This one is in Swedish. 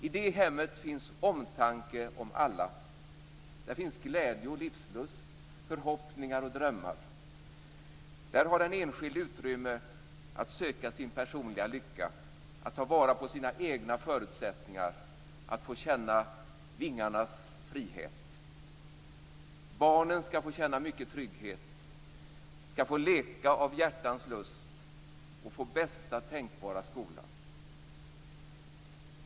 I det hemmet finns omtanke om alla. Där finns glädje och livslust, förhoppningar och drömmar. Där har den enskilde utrymme att söka sin personliga lycka, att ta vara på sina egna förutsättningar, att få känna vingarnas frihet. Barnen skall få känna mycket trygghet, få leka av hjärtans lust och få bästa tänkbara skola.